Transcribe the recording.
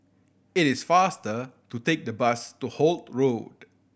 it is faster to take the bus to Holt Road